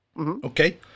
Okay